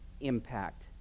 impact